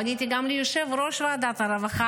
פניתי גם ליושב-ראש ועדת הרווחה,